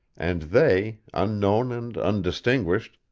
and they, unknown and undistinguished,